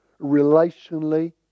relationally